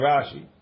Rashi